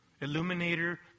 illuminator